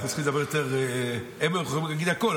הם יכולים להגיד הכול,